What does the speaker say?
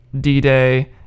D-Day